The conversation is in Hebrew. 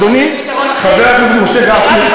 אדוני חבר הכנסת משה גפני,